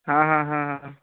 आहा आहा आहा